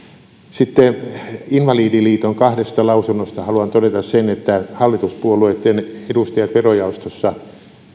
sitten invalidiliiton kahdesta lausunnosta haluan todeta sen että hallituspuolueitten edustajat verojaostossa